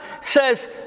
says